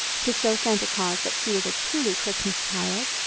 to show santa claus that she was a truly christmas child,